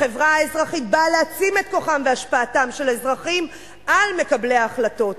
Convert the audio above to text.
החברה האזרחית באה להעצים את כוחם והשפעתם של אזרחים על מקבלי ההחלטות.